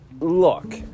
look